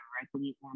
directly